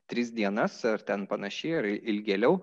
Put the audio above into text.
tris dienas ar ten panašiai ar ilgėliau